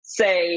say